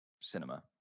cinema